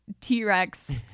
T-Rex